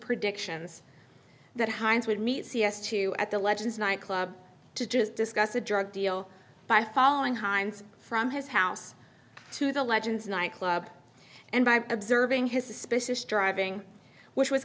predictions that hines would meet c s two at the legends night club to just discuss a drug deal by following hines from his house to the legends nightclub and by observing his suspicious driving which was